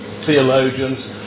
theologians